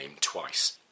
twice